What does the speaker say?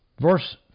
Verse